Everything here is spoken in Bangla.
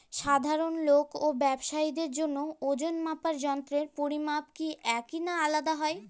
সাধারণ লোক ও ব্যাবসায়ীদের ওজনমাপার যন্ত্রের পরিমাপ কি একই না আলাদা হয়?